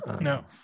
No